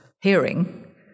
hearing